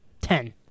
ten